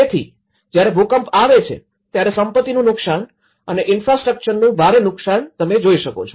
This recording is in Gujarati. તેથી જયારે ભુકંપ આવે છે ત્યારે સંપત્તિનું નુકશાન અને ઇન્ફ્રાસ્ટ્રક્ટરનું ભારે નુકશાન તમે જોઈ શકો છો